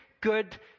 good